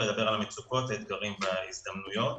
המצוקות, האתגרים וההזדמנויות